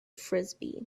frisbee